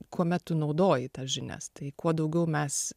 kuomet tu naudoji tas žinias tai kuo daugiau mes